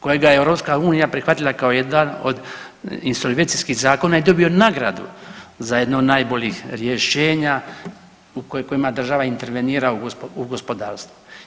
Kojega je EU prihvatila kao jedan od insolvencijskih zakona i dobio nagradu za jedno od najboljih rješenja u kojima država intervenira u gospodarstvo.